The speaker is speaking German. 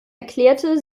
erklärte